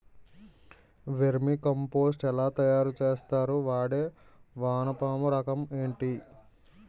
Vermi compost ఎలా తయారు చేస్తారు? వాడే వానపము రకం ఏంటి?